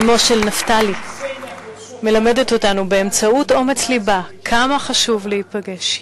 אמו של נפתלי מלמדת אותנו באמצעות אומץ לבה כמה חשוב להיפגש.